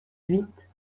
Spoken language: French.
huit